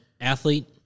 athlete